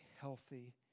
healthy